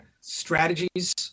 strategies